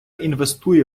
інвестує